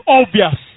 obvious